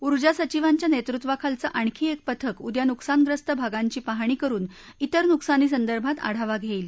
ऊर्जा सचीवांच्या नेतृत्वाखालचं आणखी एक पथक उद्या नुकसानग्रस्त भागांची पाहणी करुन ात्रेर नुकसानी संदर्भात आढावा घेईल